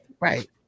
Right